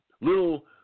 little